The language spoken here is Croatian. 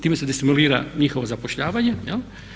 Time se destimulira njihovo zapošljavanje.